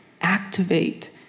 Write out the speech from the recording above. activate